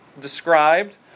described